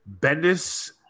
Bendis